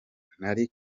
ntari